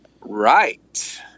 Right